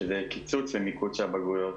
שזה קיצוץ ומיקוד של הבגרויות.